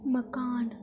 मकान